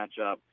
matchup